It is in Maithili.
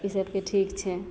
ईसबके ठीक छै